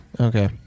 Okay